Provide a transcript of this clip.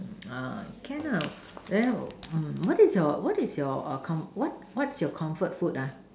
ah can lah then mm what is your what is your err com~ what's your comfort food